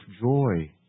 joy